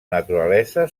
naturalesa